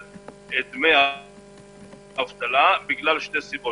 את הישובים הערביים כסף שחור והלוואות רצחניות.